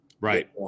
right